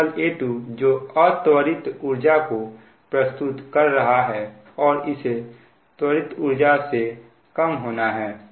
क्षेत्रफल A2 जो अत्वरित ऊर्जा को प्रस्तुत कर रहा है और इसे त्वरित ऊर्जा से कम होना है